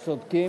צודקים.